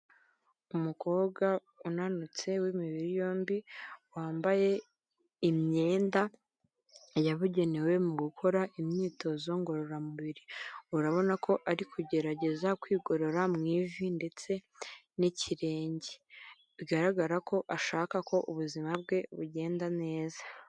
Umukobwa unanutse w'imibiri yombi, wambaye imyenda yabugenewe mu gukora imyitozo ngororamubiri. Urabona ko ari kugerageza kwigorora mu ivi, ndetse n'ikirenge. Bigaragara ko ashaka ko ubuzima bwe bugenda neza.